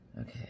Okay